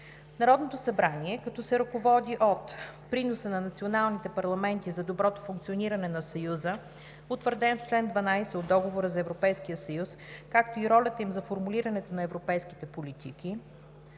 Народното събрание, като се ръководи от: - приноса на националните парламенти за доброто функциониране на Съюза, утвърден в чл. 12 от Договора за Европейския съюз, както и ролята им за формулирането на европейските политики;